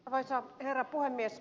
arvoisa herra puhemies